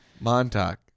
Montauk